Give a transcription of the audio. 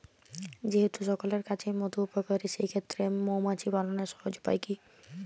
যেহেতু সকলের কাছেই মধু উপকারী সেই ক্ষেত্রে মৌমাছি পালনের সহজ উপায় কি?